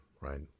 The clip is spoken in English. right